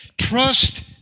Trust